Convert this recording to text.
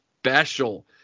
special